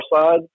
side